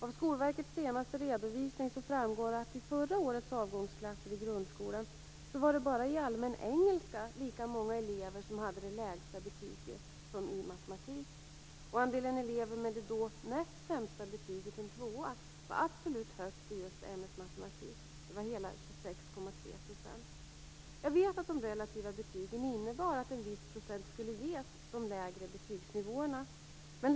Av Skolverkets senaste redovisning framgår att i förra årets avgångsklasser i grundskolan var det bara i allmän engelska som lika många elever hade det lägsta betyget som i matematik. Andelen elever med de då näst sämsta betyget, en tvåa, var absolut högst i ämnet matematik. Den var hela 26,3 %. Jag vet att de relativa betygen innebar att en viss procent skulle ges de lägre betygen.